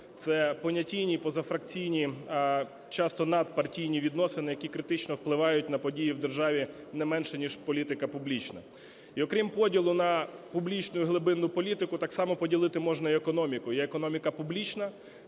це понятійні, позафракційні, часто надпартійні відносини, які критично впливають на події в державі не менше, ніж політика публічна. І окрім поділу на публічну і глибинну політику, так само поділити можна і економіку: є економіка публічна